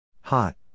Hot